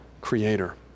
Creator